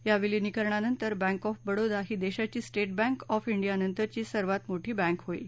या विलीनीकरणानंतर bank of Baroda ही देशाची स्टेट बँक ऑफ इंडियानंतरची सर्वात मोठी बँक होईल